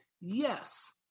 yes